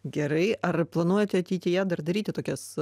gerai ar planuojate ateityje dar daryti tokias